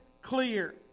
clear